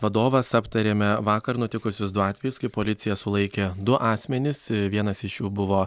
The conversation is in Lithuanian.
vadovas aptarėme vakar nutikusius du atvejus kai policija sulaikė du asmenis vienas iš jų buvo